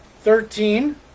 thirteen